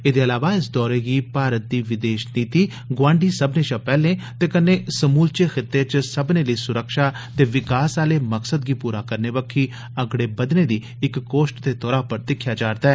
एदे इलावा इस दौरे गी भारत दी विदेश नीति 'गोआंडी सब्बने शा पैहले' ते कन्नै समूलचे खिते च सब्बने लेई सुरक्षा ते विकास आले मकसद गी पूरा करने बक्खी अगड़े बद्दने दी इक कोश्ट दे तौरा पर दिक्खेया जा रदा ऐ